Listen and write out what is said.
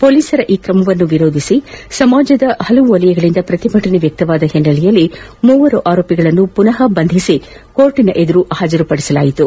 ಮೊಲೀಸರ ಈ ಕ್ರಮವನ್ನು ವಿರೋಧಿಸಿ ಸಮಾಜದ ವಿವಿಧ ವಲಯಗಳಿಂದ ಪ್ರತಿಭಟನೆ ವ್ವಕ್ತವಾದ ಹಿನ್ನೆಲೆಯಲ್ಲಿ ಮೂವರು ಆರೋಪಿಗಳನ್ನು ಪುನಃ ಬಂಧಿಸಿ ನ್ಕಾಯಾಲಯದ ಮುಂದೆ ಪಾಜರು ಪಡಿಸಲಾಯಿತು